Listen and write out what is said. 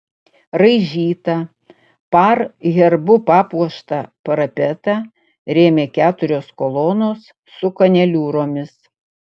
raižytą par herbu papuoštą parapetą rėmė keturios kolonos su kaneliūromis